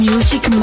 Music